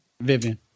Vivian